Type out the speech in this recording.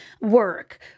work